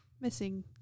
missing